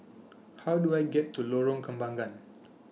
How Do I get to Lorong Kembagan